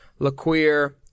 Laqueer